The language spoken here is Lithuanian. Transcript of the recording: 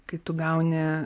kai tu gauni